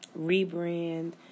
rebrand